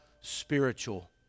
spiritual